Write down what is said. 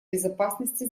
безопасности